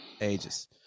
ages